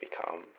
become